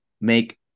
make